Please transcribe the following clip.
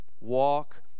walk